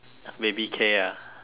baby K ah